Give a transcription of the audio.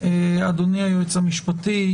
אדוני היועץ המשפטי,